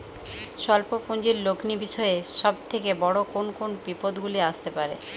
স্বল্প পুঁজির লগ্নি বিষয়ে সব থেকে বড় কোন কোন বিপদগুলি আসতে পারে?